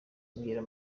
bwira